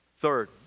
Third